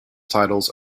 titles